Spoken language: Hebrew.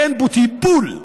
אין טיפול בו.